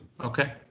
Okay